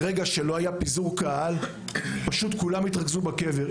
ברגע שלא היה פיזור קהל פשוט כולם התרכזו בקבר.